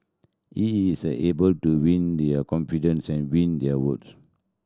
he is able to win their confidence and win their votes